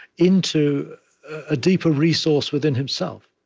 into a deeper resource within himself.